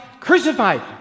crucified